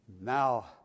now